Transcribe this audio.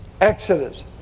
Exodus